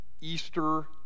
Easter